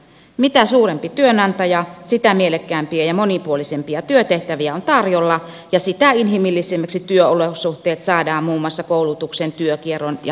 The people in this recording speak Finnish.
mitä suurempi työnantaja sitä mielekkäämpiä ja monipuolisempia työtehtäviä on tarjolla ja sitä inhimillisemmiksi työolosuhteet saadaan muun muassa koulutuksen työkierron ja muun tuen avulla